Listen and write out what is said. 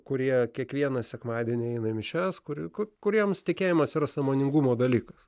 kurie kiekvieną sekmadienį eina į mišias kurių kuriems tikėjimas yra sąmoningumo dalykas